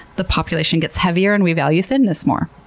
the population gets heavier and we value thinness more,